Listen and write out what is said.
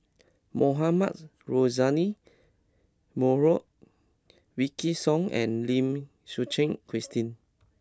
Mohamed Rozani Maarof Wykidd Song and Lim Suchen Christine